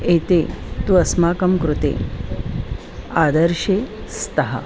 एते तु अस्माकं कृते आदर्शे स्तः